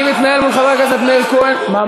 אני מתנהל מול חבר הכנסת מאיר כהן, אמרת הסתייגות.